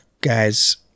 guys